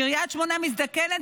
קריית שמונה מזדקנת,